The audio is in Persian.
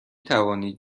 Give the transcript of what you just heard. توانید